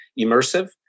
immersive